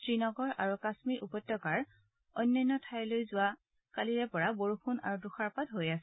শ্ৰীনগৰ আৰু কাশ্মীৰ উপত্যকাৰ অন্যান্য ঠাইত যোৱা কালিৰে পৰা বৰষুণ আৰু তুষাৰপাত হৈ আছে